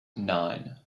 nine